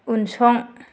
उनसं